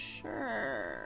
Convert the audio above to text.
sure